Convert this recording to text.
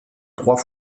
trois